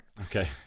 Okay